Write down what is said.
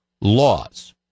laws